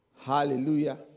Hallelujah